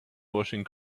washing